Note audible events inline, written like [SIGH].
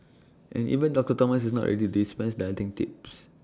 and even [NOISE] doctor Thomas is not ready to dispense dieting tips